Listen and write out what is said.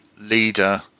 leader